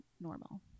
normal